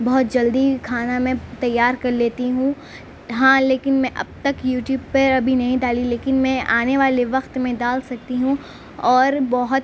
بہت جلدی کھانا میں تیار کر لیتی ہوں ہاں لیکن میں اب تک یوٹیوب پہ ابھی تک نہیں ڈالی لیکن میں آنے والے وقت میں ڈال سکتی ہوں اور بہت